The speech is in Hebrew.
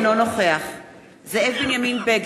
האיחוד הלאומי?